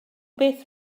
beth